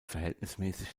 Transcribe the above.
verhältnismäßig